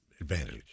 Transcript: advantage